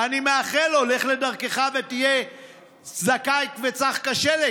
ואני מאחל לו: לך לדרכך ותהיה זכאי וצח כשלג,